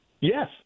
Yes